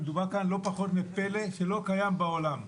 מדובר כאן לא פחות מפלא שלא קיים בעולם.